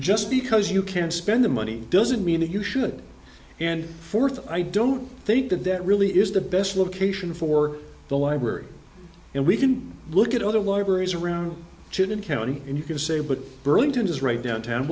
just because you can't spend the money doesn't mean that you should and fourth i don't think that that really is the best location for the library and we can look at other libraries around children county and you can say but burlington is right downtown